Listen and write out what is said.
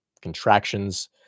contractions